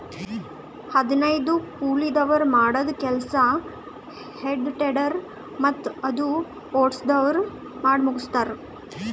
ಹದನೈದು ಕೂಲಿದವ್ರ್ ಮಾಡದ್ದ್ ಕೆಲ್ಸಾ ಹೆ ಟೆಡ್ಡರ್ ಮತ್ತ್ ಅದು ಓಡ್ಸವ್ರು ಮಾಡಮುಗಸ್ತಾರ್